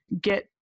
get